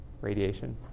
radiation